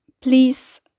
please